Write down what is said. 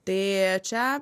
tai čia